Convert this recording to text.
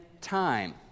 time